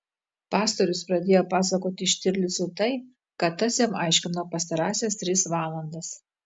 pastorius pradėjo pasakoti štirlicui tai ką tas jam aiškino pastarąsias tris valandas